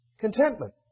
Contentment